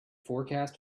forecast